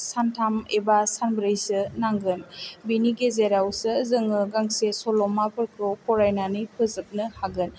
सानथाम एबा सानब्रैसो नांगोन बेनि गेजेरावसो जोङो गांसे सल'माफोरखौ फरायनानै फोजोबनो हागोन